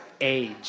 age